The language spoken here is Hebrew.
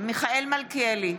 מיכאל מלכיאלי,